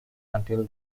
until